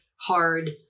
hard